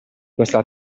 questa